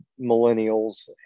millennials